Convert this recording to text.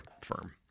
firm